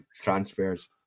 transfers